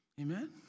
Amen